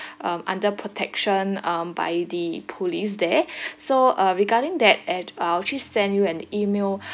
um under protection um by the police there so uh regarding that I'd I will actually send you an email